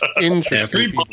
interesting